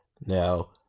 Now